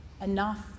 enough